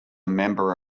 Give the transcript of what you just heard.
member